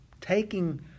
taking